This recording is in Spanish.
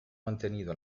mantenido